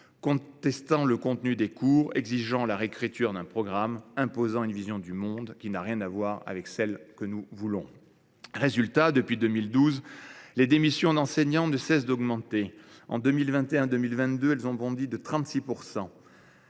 cause le contenu des cours, exigeant la réécriture d’un programme, imposant une vision du monde qui n’a rien à voir avec celle que nous voulons. Le résultat est que, depuis 2012, les démissions d’enseignants ne cessent d’augmenter. En 2021 2022, elles ont bondi de 36 %.